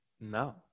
No